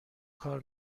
کار